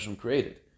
created